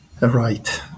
right